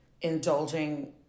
indulging